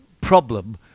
problem